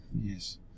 Yes